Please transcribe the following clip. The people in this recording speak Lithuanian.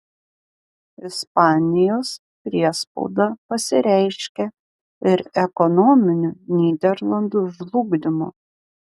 ispanijos priespauda pasireiškė ir ekonominiu nyderlandų žlugdymu